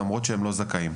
למרות שהם לא זכאים.